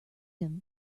him